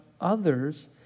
others